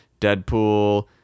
Deadpool